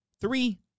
Three